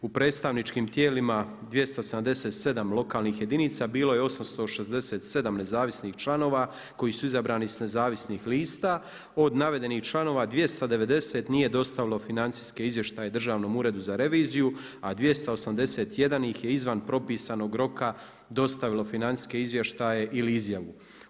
U predstavničkim tijelima 2777 lokalnih jedinica bilo je 867 nezavisnih članova koji su izabrani sa nezavisnih lista, od navedenih članova 290 nije dostavilo financijske izvještaje Državnom uredu za reviziju, a 281 ih je izvan propisanog roka dostavilo financijske izvještaje ili izjavu.